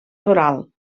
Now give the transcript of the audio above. toral